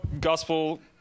gospel